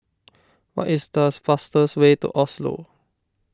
what is the fastest way to Oslo